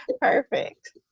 perfect